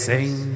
Sing